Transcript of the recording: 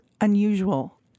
unusual